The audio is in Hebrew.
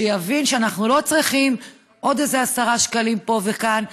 שיבין שאנחנו לא צריכים עוד איזה עשרה שקלים פה וכאן,